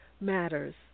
matters